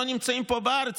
לא נמצאים פה בארץ,